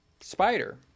spider